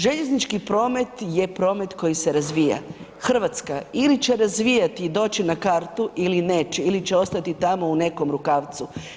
Željeznički promet je promet koji se razvija, Hrvatska ili će razvijati i doći na kartu ili neće ili će ostati tamo u nekom rukavcu.